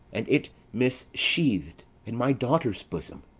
and it missheathed in my daughter's bosom!